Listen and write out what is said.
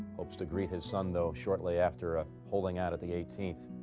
hopes to greet his son, though, shortly after ah pulling out of the eighteenth.